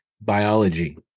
biology